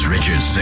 Richard